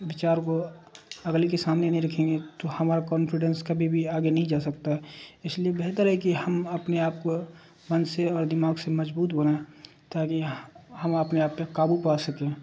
بچار کو اگلی کے سامنے نہیں رکھیں گے تو ہمارا کانفیڈینس کبھی بھی آگے نہیں جا سکتا اس لیے بہتر ہے کہ ہم اپنے آپ کو من سے اور دماغ سے مجبوط بنائیں تاکہ ہم اپنے آپ پہ قابو پا سکیں